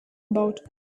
about